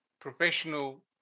professional